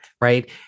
right